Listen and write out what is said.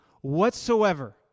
whatsoever